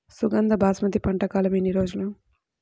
సుగంధ బాస్మతి పంట కాలం ఎన్ని రోజులు?